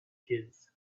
kids